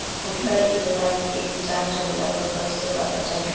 हमका ई बताई कि रिचार्ज होला त कईसे पता चली?